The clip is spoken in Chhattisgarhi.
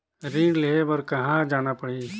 ऋण लेहे बार कहा जाना पड़ही?